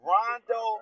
Rondo